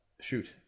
shoot